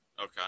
Okay